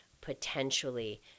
potentially